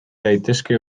daitezke